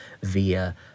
via